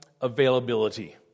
availability